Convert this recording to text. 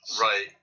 Right